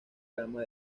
gama